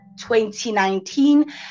2019